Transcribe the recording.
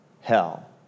hell